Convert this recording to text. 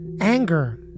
Anger